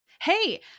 Hey